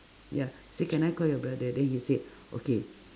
ya say can I call your brother then he say okay